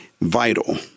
vital